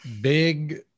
big